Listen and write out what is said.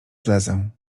zlezę